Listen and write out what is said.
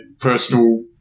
personal